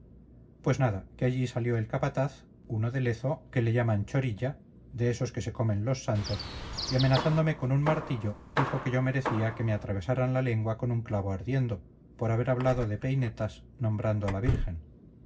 pues nada que allí salió el capataz uno de lezo que le llaman choriya de esos que se comen los santos y amenazándome con un martillo dijo que yo merecía que me atravesaran la lengua con un clavo ardiendo por haber hablado de peinetas nombrando a la virgen